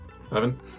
seven